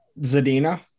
Zadina